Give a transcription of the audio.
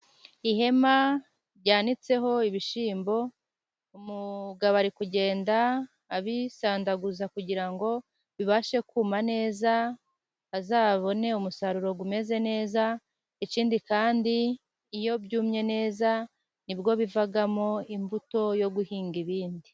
Ihema ryanitseho ibishyimbo. Umugabo ari kugenda abisandaguza kugira ngo bibashe kuma neza, azabone umusaruro umeze neza. Ikindi kandi, iyo byumye neza nibwo bivamo imbuto yo guhinga ibindi.